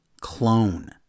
clone